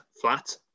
flat